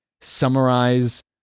summarize